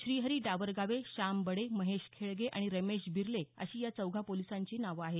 श्रीहरी डावरगावे श्याम बडे महेश खेळगे आणि रमेश बिरले अशी या चौघा पोलिसांची नावं आहेत